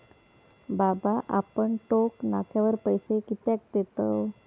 बाबा आपण टोक नाक्यावर पैसे कित्याक देतव?